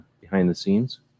behind-the-scenes